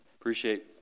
appreciate